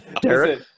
Derek